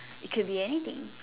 it could be anything